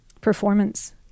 performance